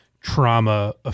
trauma